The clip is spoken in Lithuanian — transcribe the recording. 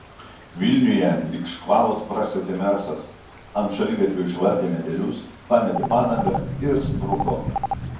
vilniuje lyg škvalas prasiautė mersas ant šaligatvio išvartė medelius pametė padangą ir spruko